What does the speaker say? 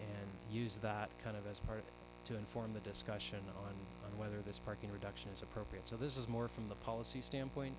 and use that kind of this part to inform the discussion of whether this parking reduction is appropriate so this is more from the policy standpoint